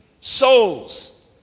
souls